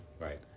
Right